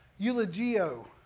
eulogio